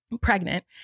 pregnant